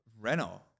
Renault